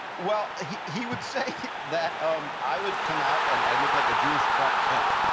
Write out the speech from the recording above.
well he he would say that um i would come out and i'd look like a jewish clark kent.